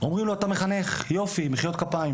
אומרים לו אתה מחנך, יופי, מחיאות כפיים